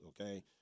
okay